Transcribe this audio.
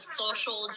social